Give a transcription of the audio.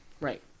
Right